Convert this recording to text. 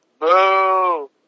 Boo